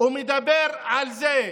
ומדבר על זה,